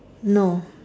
no